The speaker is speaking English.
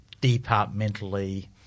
departmentally